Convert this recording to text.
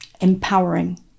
empowering